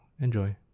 Enjoy